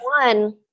one